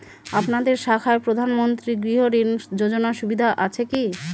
আপনাদের শাখায় প্রধানমন্ত্রী গৃহ ঋণ যোজনার সুবিধা আছে কি?